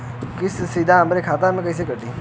किस्त सीधा हमरे खाता से कटी?